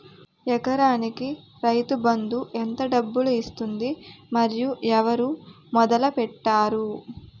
ఎకరానికి రైతు బందు ఎంత డబ్బులు ఇస్తుంది? మరియు ఎవరు మొదల పెట్టారు?